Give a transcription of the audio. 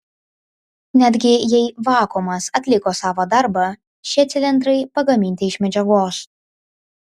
netgi jei vakuumas atliko savo darbą šie cilindrai pagaminti iš medžiagos